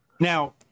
Now